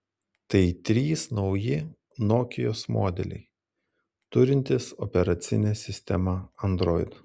tai trys nauji nokios modeliai turintys operacinę sistemą android